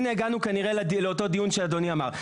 הנה הגענו כנראה לאותו דיון שאדוני אמר,